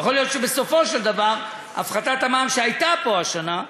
יכול להיות שבסופו של דבר הפחתת המע"מ שהייתה השנה,